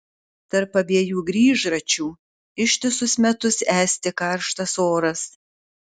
tarp abiejų grįžračių ištisus metus esti karštas oras